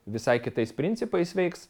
visai kitais principais veiks